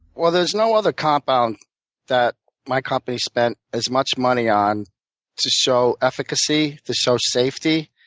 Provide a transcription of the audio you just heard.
ah there's no other compound that my company spent as much money on to show efficacy, to show safety,